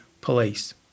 police